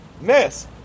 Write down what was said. Miss